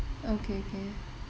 okay okay